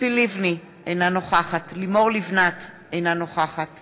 ציפי לבני, אינה נוכחת לימור לבנת, אינה נוכחת